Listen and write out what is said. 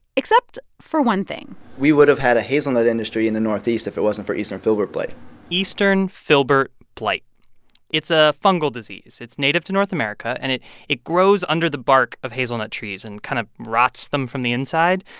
except for one thing we would have had a hazelnut industry in the northeast if it wasn't for eastern filbert blight eastern filbert blight it's a fungal disease. it's native to north america, and it it grows under the bark of hazelnut trees and kind of rots them from the inside.